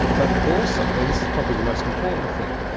but also, and this is probably the most important thing,